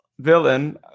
villain